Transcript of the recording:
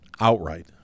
outright